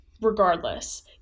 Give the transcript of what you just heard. regardless